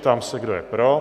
Ptám se, kdo je pro?